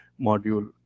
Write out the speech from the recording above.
module